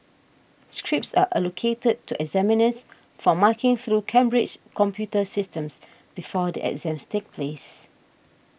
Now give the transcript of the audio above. scripts are allocated to examiners for marking through Cambridge's computer systems before the exams take place